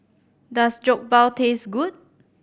does Jokbal taste good